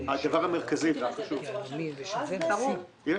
עושים את זה בצורה של מכרז?